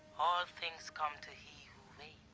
all things come to he